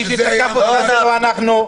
מיקי תקף אותך, לא אנחנו.